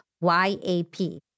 Y-A-P